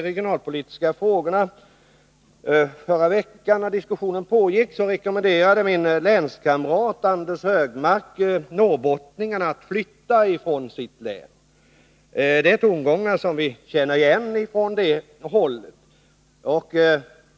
rade min länskamrat Anders Högmark norrbottningarna att flytta från sitt län. Det är tongångar som vi känner igen från det hållet.